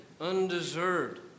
undeserved